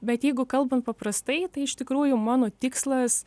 bet jeigu kalbant paprastai tai iš tikrųjų mano tikslas